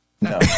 No